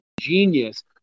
genius